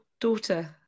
daughter